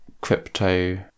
crypto